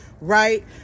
right